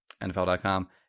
NFL.com